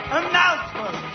announcement